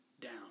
down